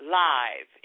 live